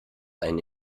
einen